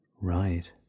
Right